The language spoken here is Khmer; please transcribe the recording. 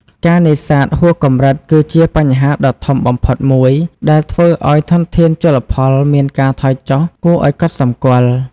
ការនេសាទហួសកម្រិតគឺជាបញ្ហាដ៏ធំបំផុតមួយ ដែលធ្វើឲ្យធនធានជលផលមានការថយចុះគួរឲ្យកត់សម្គាល់។